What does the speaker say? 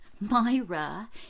Myra